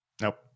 Nope